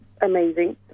amazing